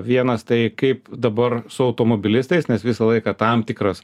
vienas tai kaip dabar su automobilistais nes visą laiką tam tikras